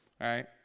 Right